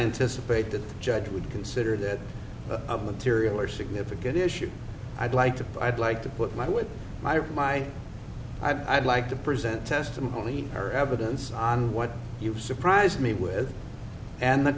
anticipate the judge would consider that a material or significant issue i'd like to buy i'd like to put my with my i'd like to present testimony or evidence on what you surprise me with and the